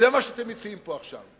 זה מה שאתם מציעים פה עכשיו.